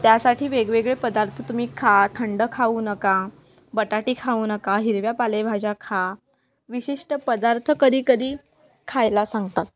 त्यासाठी वेगवेगळे पदार्थ तुम्ही खा थंड खाऊ नका बटाटी खाऊ नका हिरव्या पालेभाज्या खा विशिष्ट पदार्थ कधी कधी खायला सांगतात